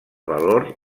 valor